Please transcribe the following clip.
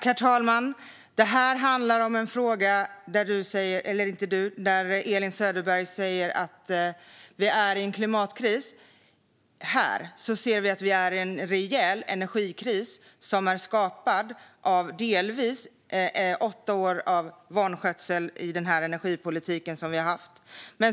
Herr talman! Elin Söderberg säger att det är en klimatkris här. Vi ser en rejäl energikris som delvis är skapad av åtta år av vanskötsel av energipolitiken.